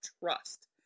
trust